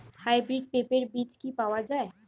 Hybrid পেঁপের বীজ কি পাওয়া যায়?